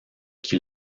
qui